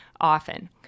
often